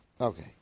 Okay